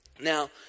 Now